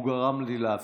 הוא גרם לי להפסיק.